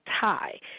tie